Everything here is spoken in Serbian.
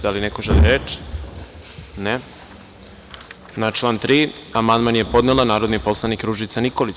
Da li neko želi reč? (Ne.) Na član 3. amandman je podnela narodni poslanik Ružica Nikolić.